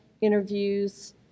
interviews